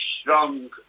strong